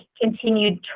continued